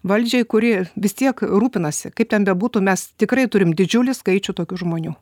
valdžiai kuri vis tiek rūpinasi kaip ten bebūtų mes tikrai turim didžiulį skaičių tokių žmonių